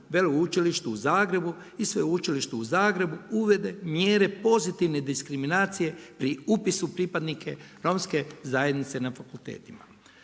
veleučilište u Zagrebu i sveučilište u Zagrebu, uvede mjere pozitivne diskriminacije pri upisu pripadnike romske zajednice na fakultetima.